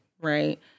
right